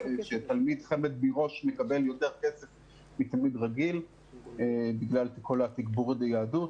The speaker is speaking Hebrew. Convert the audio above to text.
שתלמיד חמ"ד מראש מקבל יותר כסף מתלמיד רגיל בגלל כל התגבור ביהדות.